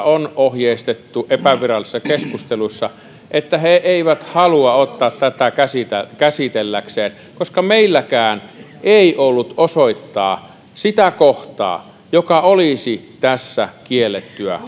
on ohjeistettu epävirallisissa keskusteluissa että he eivät halua ottaa tätä käsiteltäväkseen koska meilläkään ei ollut osoittaa sitä kohtaa joka olisi tässä kiellettyä